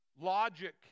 Logic